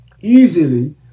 Easily